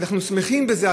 אנחנו שמחים בזה,